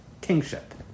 kingship